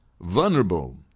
vulnerable